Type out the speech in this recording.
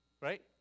Right